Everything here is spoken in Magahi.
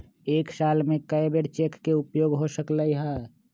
एक साल में कै बेर चेक के उपयोग हो सकल हय